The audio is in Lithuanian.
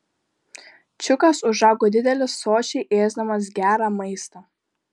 čiukas užaugo didelis sočiai ėsdamas gerą maistą